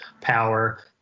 power